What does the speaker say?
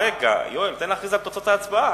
רגע, תן להכריז על תוצאות ההצבעה.